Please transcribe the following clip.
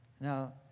Now